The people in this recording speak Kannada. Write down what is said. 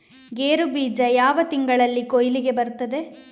ಗೇರು ಬೀಜ ಯಾವ ತಿಂಗಳಲ್ಲಿ ಕೊಯ್ಲಿಗೆ ಬರ್ತದೆ?